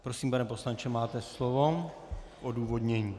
Prosím, pane poslanče, máte slovo k odůvodnění.